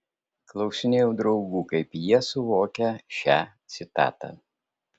klausinėjau draugų kaip jie suvokia šią citatą